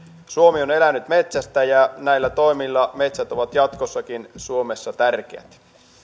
suomi on elänyt metsästä ja näillä toimilla metsät ovat jatkossakin suomessa tärkeät